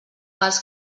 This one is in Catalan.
pels